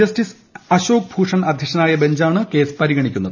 justice Ashok Bhushan അധ്യക്ഷനായ ബെഞ്ചാണ് case പരിഗണിക്കുന്നത്